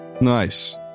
Nice